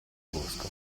bosco